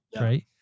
Right